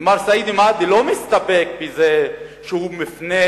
ומר סעיד מועדי לא מסתפק בזה שהוא מפנה